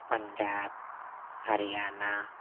Punjab Haryana